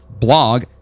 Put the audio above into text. blog